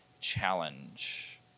challenge